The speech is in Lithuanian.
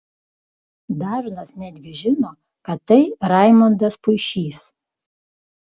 dažnas netgi žino kad tai raimondas puišys